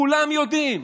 כולם יודעים,